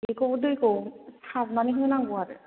बेखौबो दैखौ सारनानै होनांगौ आरो